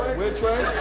which way?